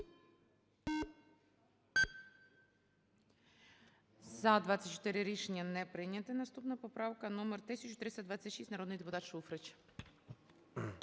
За-24 Рішення не прийнято. Наступна поправка номер 1326. Народний депутат Шуфрич.